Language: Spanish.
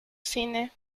cine